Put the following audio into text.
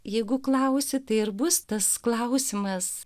jeigu klausi tai ir bus tas klausimas